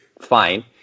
fine